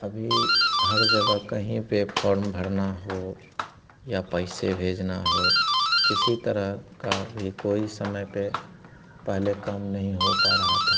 अभी हर जगह कहीं पर फॉर्म भरना हो या पैसे भेजना हो किसी तरह का भी कोई समय पर पहले काम नहीं हो पा रहा था